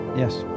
yes